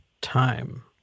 time